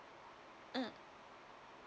mm